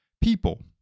people